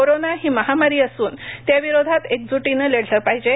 corona ही महामारी असून त्या विरोधात क्रिजुटीनं लढले पाहिजे